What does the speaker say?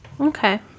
Okay